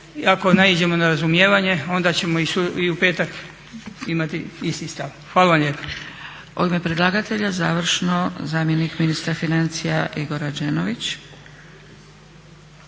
ako naiđemo na razumijevanje onda ćemo i u petak imati isti stav. Hvala lijepa.